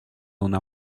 una